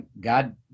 God